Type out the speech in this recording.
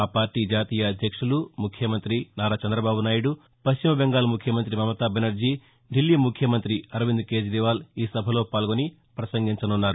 ఆ పార్టీ జాతీయ అధ్యక్షులు ముఖ్యమంతి నారా చంద్రబాబు నాయుడు పశ్చిమ బెంగాల్ ముఖ్యమంతి మమతా బెనర్జీ దిల్లీ ముఖ్యమంతి అరవింద్ కేజీవాల్ ఈ సభలో పాల్గొని పసంగించనున్నారు